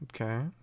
Okay